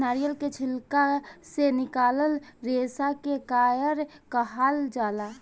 नारियल के छिलका से निकलाल रेसा के कायर कहाल जाला